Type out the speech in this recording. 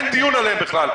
אין דיון עליהם בכלל.